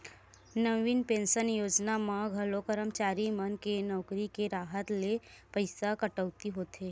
नवीन pension योजना म घलो करमचारी मन के नउकरी के राहत ले पइसा कटउती होथे